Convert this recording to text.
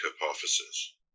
hypothesis